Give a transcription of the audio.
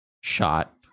shot